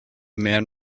man